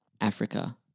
Africa